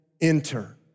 enter